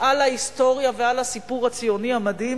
על ההיסטוריה ועל הסיפור הציוני המדהים